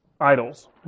Idols